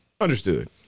understood